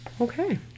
okay